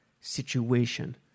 situation